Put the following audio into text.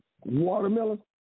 Watermelon